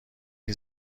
این